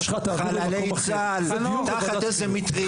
חללי צה"ל תחת איזו מטריה של אלק זכויות.